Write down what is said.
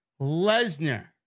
Lesnar